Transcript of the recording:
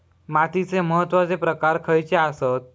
मातीचे महत्वाचे प्रकार खयचे आसत?